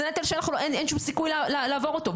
זה נטל שאין שום סיכוי לעבור אותו.